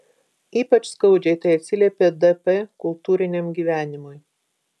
ypač skaudžiai tai atsiliepė dp kultūriniam gyvenimui